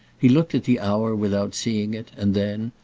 he looked at the hour without seeing it, and then,